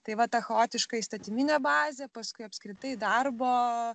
tai va tą chaotiška įstatyminė bazė paskui apskritai darbo